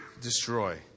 Destroy